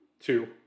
Two